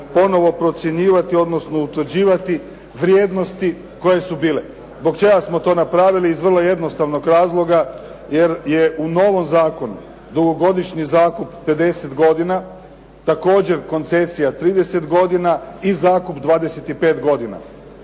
ponovno procjenjivati, odnosno utvrđivati vrijednosti koje su bile. Zbog čega smo to napravili? Iz vrlo jednostavnog razloga jer je u novom zakonu dugogodišnji zakup 50 godina također koncesija 30 godina i zakup 25 godina.